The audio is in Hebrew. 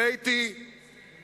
שלושה מנדטים פחות.